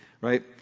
right